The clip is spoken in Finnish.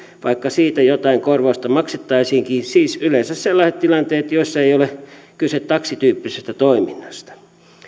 vaikka siitä jotain korvausta maksettaisiinkin siis yleensä sellaiset tilanteet joissa ei ei ole kyse taksityyppisestä toiminnasta